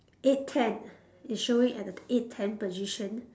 eight ten it's showing at the eight ten position